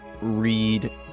read